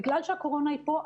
בגלל שהקורונה היא פה,